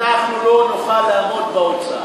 אנחנו לא נוכל לעמוד בהוצאה.